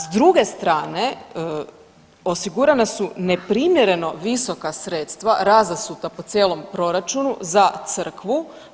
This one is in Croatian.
S druge strane osigurana su neprimjereno visoka sredstva razasuta po cijelom proračunu za crkvu.